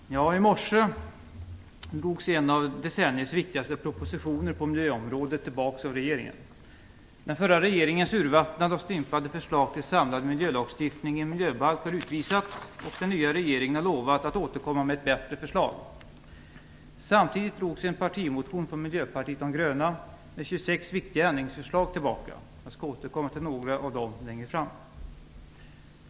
Herr talman! I morse drogs en av decenniets viktigaste propositioner på miljöområdet tillbaka av regeringen. Den förra regeringens urvattnade och stympade förslag till samlad miljölagstiftning i en miljöbalk har avvisats, och den nya regeringen har lovat att återkomma med ett bättre förslag. Samtidigt drogs en partimotion från Miljöpartiet de gröna med 26 viktiga ändringsförslag tillbaka. Jag skall återkomma till några av dem längre fram.